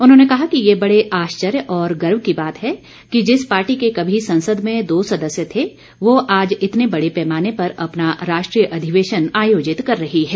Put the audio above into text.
उन्होंने कहा कि ये बड़े आश्चर्य और गर्व की बात है कि जिस पार्टी के कभी संसद में दो सदस्य थे वह आज इतने बड़े पैमाने पर अपना राष्ट्रीय अधिवेशन आयोजित कर रही है